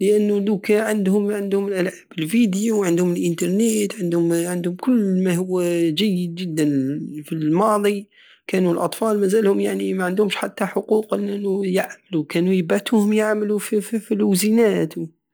لانو دوكا عندهم- عندهم الالعاب الفيديو وعندهم الانترنيت وعندهم- عندهم كل ماهو جيد جدا في الماضي كانو الاطفال مزالهم يعني معندهمش حتى حقوق لانو يعمل وكانو يبعتوهم يعمل في لوزينات